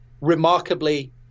remarkably